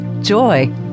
joy